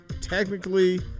technically